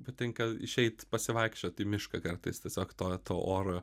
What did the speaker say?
patinka išeit pasivaikščiot į mišką kartais tiesiog to tuo oru